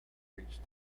reached